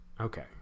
okay